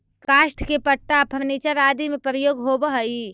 काष्ठ के पट्टा फर्नीचर आदि में प्रयोग होवऽ हई